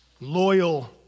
loyal